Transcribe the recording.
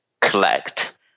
collect